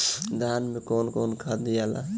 धान मे कौन सा खाद दियाला?